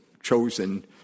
chosen